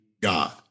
God